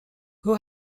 who